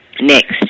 Next